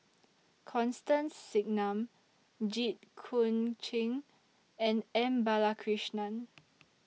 Constance Singam Jit Koon Ch'ng and M Balakrishnan